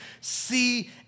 see